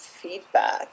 feedback